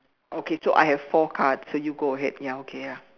okay so I have four cards so you go ahead ya okay ya